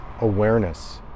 awareness